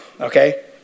okay